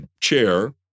chair